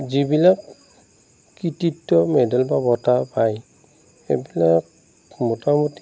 যিবিলাক কৃতিত্ব মেডেল বা বঁটা পায় সেইবিলাক মোটামুটি